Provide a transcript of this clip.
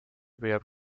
püüab